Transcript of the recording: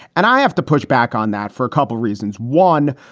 and i have to push back on that for a couple of reasons. one,